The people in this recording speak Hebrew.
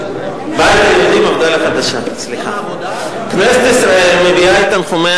מפד"ל החדשה: כנסת ישראל מביעה את תנחומיה